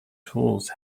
tools